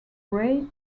grey